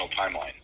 timeline